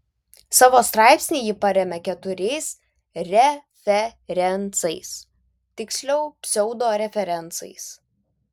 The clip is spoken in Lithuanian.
savo straipsnį ji paremia keturiais referencais tiksliau pseudo referencais